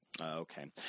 Okay